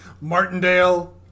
Martindale